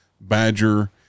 badger